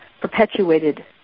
perpetuated